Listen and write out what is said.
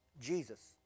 Jesus